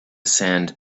sand